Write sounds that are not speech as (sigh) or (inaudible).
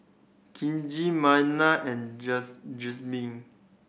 Kizzy Maynard and (unintelligible) Jereme